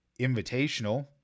Invitational